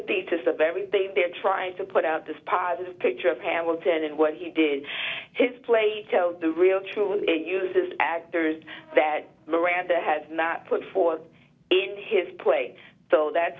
gist of everything they're trying to put out this positive picture of hamilton and what he did is place the real truth uses actors that miranda has not put forth in his plate so that